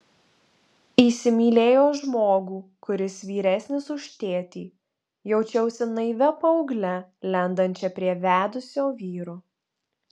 įsimylėjo žmogų kuris vyresnis už tėtį jaučiausi naivia paaugle lendančia prie vedusio vyro